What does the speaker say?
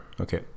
Okay